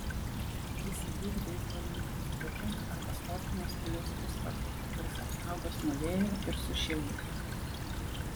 įsigyk beisbolininkų striukę arba sportinio stiliaus puspaltį kuris apsaugos nuo vėjo ir sušildys